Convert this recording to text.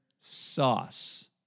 sauce